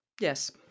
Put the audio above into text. Yes